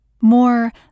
More